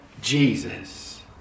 Jesus